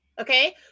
Okay